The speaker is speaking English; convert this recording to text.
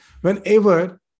Whenever